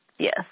Yes